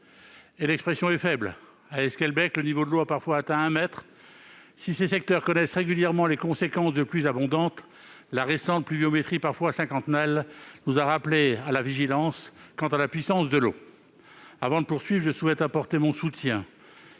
Et l'expression est faible ! À Esquelbecq, le niveau de l'eau a parfois atteint un mètre. Si ces secteurs doivent régulièrement affronter les conséquences de pluies abondantes, la récente pluviométrie, parfois cinquantennale, nous a rappelé qu'il convient d'être vigilant face à la puissance de l'eau ! Avant de poursuivre, je tiens à apporter mon soutien